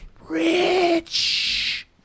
Rich